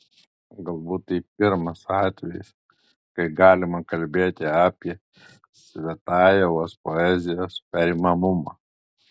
galbūt tai pirmas atvejis kai galima kalbėti apie cvetajevos poezijos perimamumą